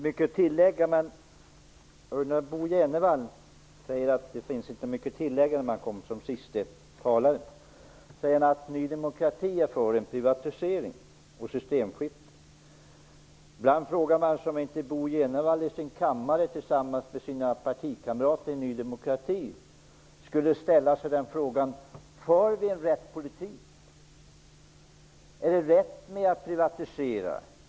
Herr talman! Bo Jenevall säger att det inte finns mycket att tillägga när man är den siste talaren. Han säger att Ny demokrati är för en privatisering och ett systemskifte. Ibland undrar man om inte Bo Jenevall tillsamans med sina partikamrater i sin kammare borde ställa sig frågan om de för en riktig politik. Är det rätt att privatisera?